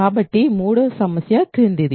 కాబట్టి మూడవ సమస్య క్రిందిది